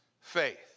faith